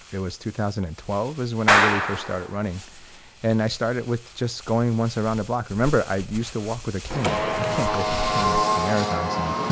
it was two thousand and twelve is when i really first started running and i started with just going once around a block remember, i used to walk with a cane. i can't go from canes to marathons. and,